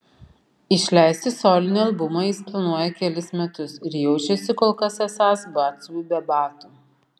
išleisti solinį albumą jis planuoja kelis metus ir jaučiasi kol kas esąs batsiuviu be batų